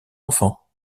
enfants